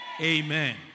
Amen